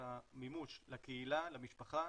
המימוש לקהילה למשפחה,